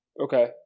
Okay